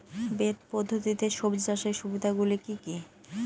Bed পদ্ধতিতে সবজি চাষের সুবিধাগুলি কি কি?